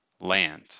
land